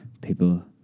people